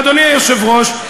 אדוני היושב-ראש,